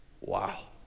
Wow